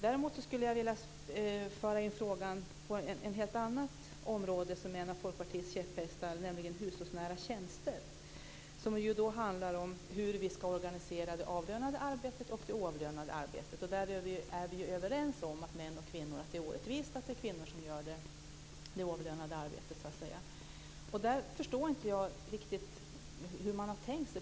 Däremot skulle jag vilja föra in frågan på ett helt annat område som är en av Folkpartiets käpphästar, nämligen hushållsnära tjänster. Det handlar om hur vi ska organisera det avlönade arbetet och det oavlönade arbetet. Där är vi överens om att det är orättvist att det är kvinnor som gör det oavlönade arbetet. Då förstår jag inte hur man har tänkt.